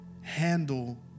handle